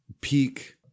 peak